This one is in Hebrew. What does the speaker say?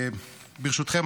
ברשותכם,